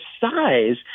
size